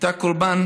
הייתה קורבן